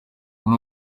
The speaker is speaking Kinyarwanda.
uwo